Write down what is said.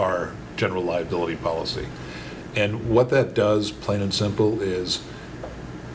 our general liability policy and what that does plain and simple is